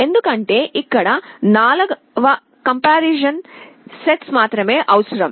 ఎందుకంటే ఇక్కడ 4 comparison steps మాత్రమే అవసరం